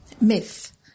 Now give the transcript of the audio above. myth